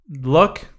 look